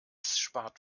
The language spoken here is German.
spart